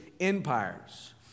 empires